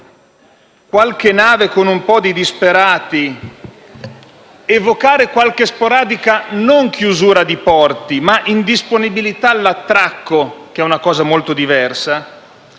qualche nave con un po' di disperati, evocare sporadicamente non certo la chiusura di porti, ma l'indisponibilità all'attracco (che è una cosa molto diversa)